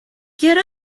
get